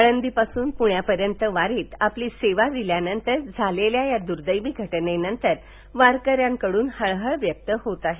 आळंदीपासून पुण्यापर्यंत वारीत आपली सेवा दिल्यानंतर झालेल्या या दुर्दैवी घटनेनंतर वारकऱ्यांकडून हळहळ व्यक्त होत आहे